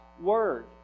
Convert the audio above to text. word